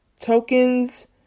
tokens